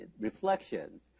reflections